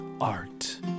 art